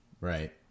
Right